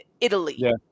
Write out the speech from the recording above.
Italy